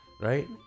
Right